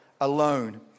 alone